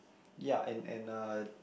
ya and and uh